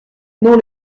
non